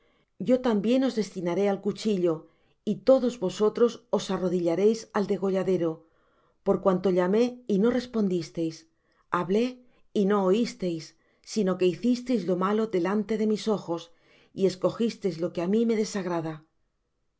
yo también os destinaré al cuchillo y todos vosotros os arrodillaréis al degolladero por cuanto llamé y no respondisteis hablé y no oisteis sino que hicisteis lo malo delante de mis ojos y escogisteis lo que á mí desagrada